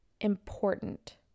important